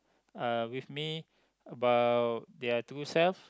uh with me about their true self